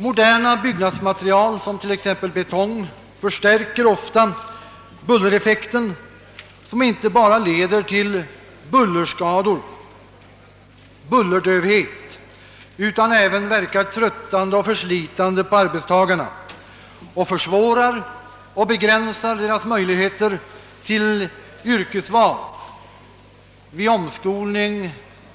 Moderna byggnadsmaterial, t.ex. betong, förstärker ofta bullereffekten, som inte bara leder till bullerskador, bullerdövhet, utan även verkar tröttande och förslitande på arbetstagarna och försvårar och begränsar deras möjligheter till yrkesval vid omskolning